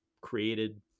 created